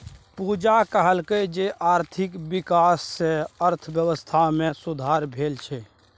पूजा कहलकै जे आर्थिक बिकास सँ अर्थबेबस्था मे सुधार भेल छै